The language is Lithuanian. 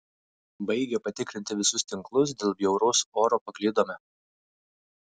baigę patikrinti visus tinklus dėl bjauraus oro paklydome